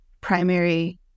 primary